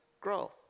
grow